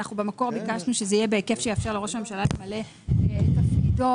אנחנו במקור ביקשנו שזה יהיה בהיקף שיאפשר לראש הממשלה למלא את תפקידו.